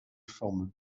formes